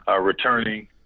returning